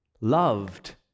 loved